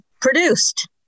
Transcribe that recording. produced